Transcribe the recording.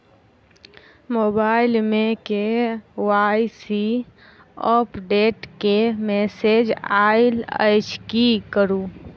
Mobile मे KYC update केँ message आइल अछि की करू?